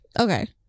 Okay